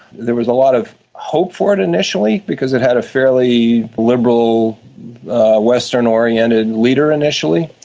there was a lot of hope for it initially because it had a fairly liberal western-oriented leader initially,